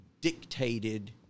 dictated